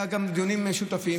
היו גם דיונים משותפים.